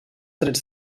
drets